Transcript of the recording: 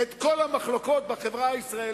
להוביל לפינות כאלה את כל המחלוקות בחברה הישראלית,